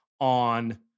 on